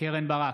קרן ברק,